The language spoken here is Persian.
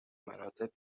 مراتب